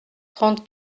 trente